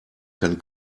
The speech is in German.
kann